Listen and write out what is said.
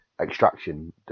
Extraction